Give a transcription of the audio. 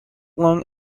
long